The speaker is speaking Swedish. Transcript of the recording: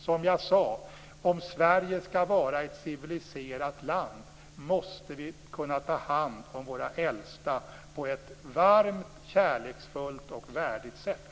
Som jag sade, om Sverige skall vara ett civiliserat land, måste vi kunna ta hand om våra äldsta på ett varmt, kärleksfullt och värdigt sätt.